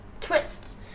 twist